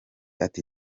ati